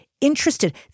interested